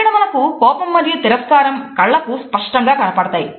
ఇక్కడ మనకు కోపం మరియు తిరస్కారం కళ్ళకు స్పష్టంగా కనపడతాయి